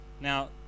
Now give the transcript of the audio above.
now